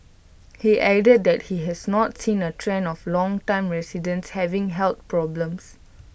he added that he has not seen A trend of longtime residents having health problems